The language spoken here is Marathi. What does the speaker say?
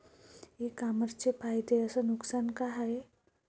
इ कामर्सचे फायदे अस नुकसान का हाये